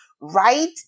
right